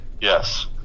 Yes